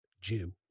Jew